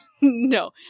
No